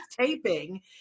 taping